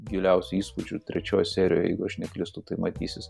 giliausių įspūdžių trečioj serijoj jeigu aš neklystu tai matysis